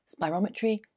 spirometry